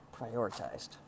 prioritized